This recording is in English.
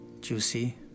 juicy